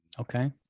Okay